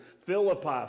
Philippi